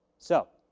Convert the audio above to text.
so,